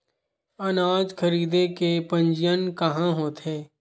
अनाज खरीदे के पंजीयन कहां होथे?